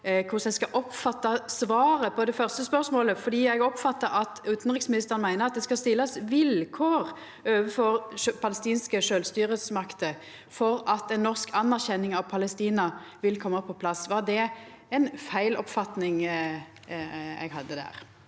eg oppfatta at utanriksministeren meiner at det skal stillast vilkår overfor palestinske sjølvstyresmakter for at ei norsk anerkjenning av Palestina skal koma på plass. Var det ei feil oppfatning eg hadde der?